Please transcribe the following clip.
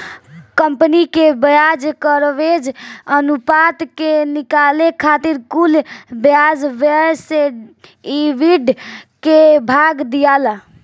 company के ब्याज coverage अनुपात के निकाले खातिर कुल ब्याज व्यय से ईबिट के भाग दियाला